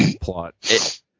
plot